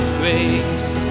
grace